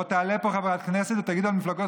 לא תעלה לפה חברת כנסת ותגיד: המפלגות